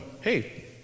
hey